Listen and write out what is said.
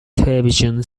television